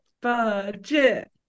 budget